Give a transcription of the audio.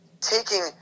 taking